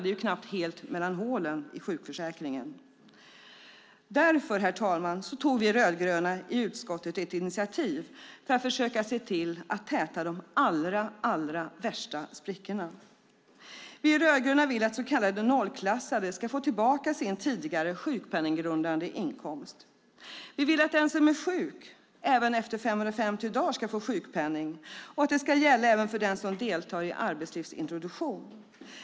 Det är knappt helt mellan hålen i sjukförsäkringen. Därför, herr talman, tog vi rödgröna i utskottet ett initiativ för att försöka se till att täta de allra värsta sprickorna. Vi rödgröna vill att så kallade nollklassade ska få tillbaka sin tidigare sjukpenninggrundande inkomst. Vi vill att den som är sjuk även efter 550 dagar ska få sjukpenning och att det ska gälla även för den som deltar i arbetslivsintroduktion.